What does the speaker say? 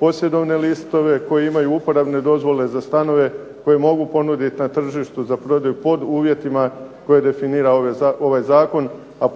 posjedovne listove, koji imaju uporabne dozvole za stanove koje mogu ponuditi na tržištu za prodaju pod uvjetima koji definira ovaj Zakon a